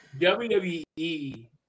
WWE